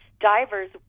divers